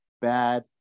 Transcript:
bad